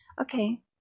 okay